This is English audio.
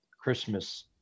Christmas